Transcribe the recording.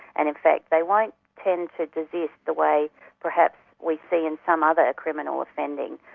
and in fact they won't tend to desist the way perhaps we see in some other criminal offending,